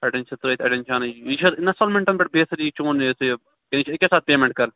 اَڈیٚن چھےٚ ترٚٲوِتھ اَڈیٚن چھےٚ اَنٕنۍ یہِ چھا اِنسٹالمیٚنٛٹن پیٚٹھ بیٚسڈ یہِ چون یہِ تہِ کِنہٕ یہِ چھِ اکے ساتہٕ پیمیٚنٛٹ کَرٕنۍ